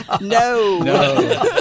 No